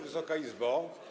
Wysoka Izbo!